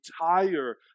tire